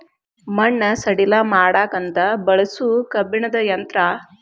ಮಣ್ಣ ಸಡಿಲ ಮಾಡಾಕಂತ ಬಳಸು ಕಬ್ಬಣದ ಯಂತ್ರಾ